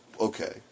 Okay